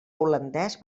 holandès